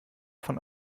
von